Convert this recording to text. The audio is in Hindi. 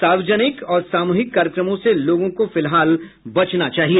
सार्वजनिक और सामूहिक कार्यक्रमों से लोगों को फिलहाल बचना चाहिए